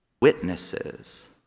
witnesses